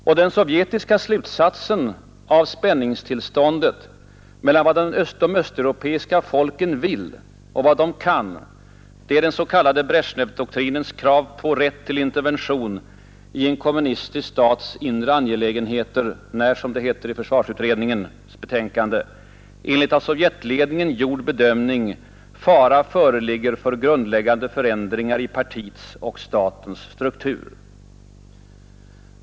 Och den sovjetiska slutsatsen av spänningstillståndet mellan vad de östeuropeiska folken vill och vad de kan är den s.k. Bresjnevdoktrinens krav på rätt till intervention i en kommunistisk stats inre angelägenheter när — som det heter i försvarsutredningens betänkande — enligt av sovjetledningen gjord bedömning fara föreligger för grundläggande förändringar i partiets och statens struktur.